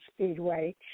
Speedway